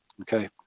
Okay